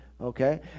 Okay